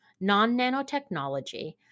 non-nanotechnology